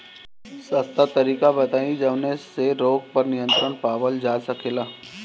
सस्ता तरीका बताई जवने से रोग पर नियंत्रण पावल जा सकेला?